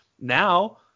Now